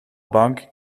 bank